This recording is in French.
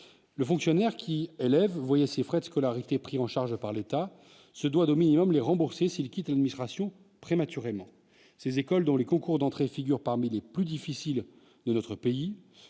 le fonctionnaire qui élève vous voyez ces frais de scolarité, pris en charge par l'État se doit les rembourser s'il quittait l'immigration prématurément ses écoles dans les concours d'entrée, figurent parmi les plus difficiles de notre pays